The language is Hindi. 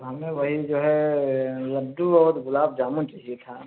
तो हमें वही जो है लड्डू और गुलाब जामुन चाहिए था